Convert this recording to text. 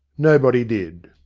nobody did.